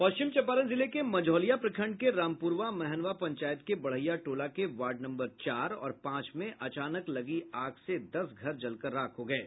पश्चिम चम्पारण जिले के मझौलिया प्रखंड के रामपुरवा महनवा पंचायत के बढ़ईया टोला के वार्ड नम्बर चार और पांच में अचानक लगी आग से दस घर जल कर राख हो गये